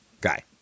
Guy